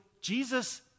Jesus